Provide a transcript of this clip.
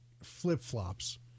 flip-flops